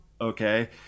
Okay